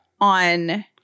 on